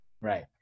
right